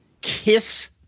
Kiss